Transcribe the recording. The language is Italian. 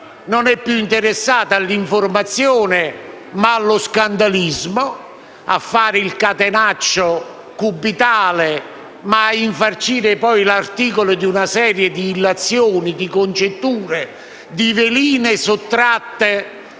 non è più interessata all'informazione ma allo scandalismo, a fare il catenaccio cubitale, per infarcire poi l'articolo di una serie di illazioni, di congetture, di veline sottratte